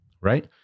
right